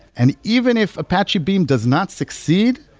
and even if apache beam does not succeed,